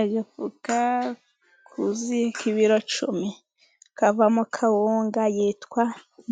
Agafuka kuzuye k'ibiro cumi ,kavamo kawunga yitwa